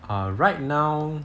err right now